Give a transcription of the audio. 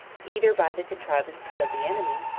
either by the contrivances of the enemy,